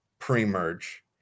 pre-merge